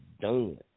done